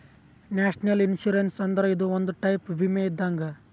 national insurance ಅಂದ್ರ ಇದು ಒಂದ್ ಟೈಪ್ ವಿಮೆ ಇದ್ದಂಗ್